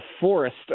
forest